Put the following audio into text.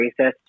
racist